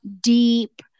deep